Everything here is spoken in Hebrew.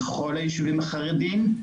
בכל היישובים החרדים.